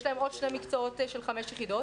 יש להם עוד שני מקצועות של חמש יחידות.